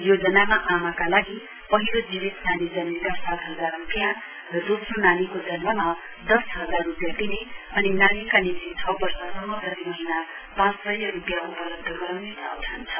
योजनाका आमाको लागि पहिलो जीवित नानी जन्मिदा सात हजार रूपियाँ र दोस्रो नानीको जन्ममा दस हजार रूपिया दिने अनि नानीका निम्ति छ वर्षसम्म प्रति महीना पाँच सय रूपियाँ उपलब्ध गराउने प्रावधान छ